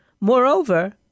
Moreover